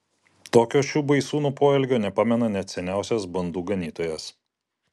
tokio šių baisūnų poelgio nepamena net seniausias bandų ganytojas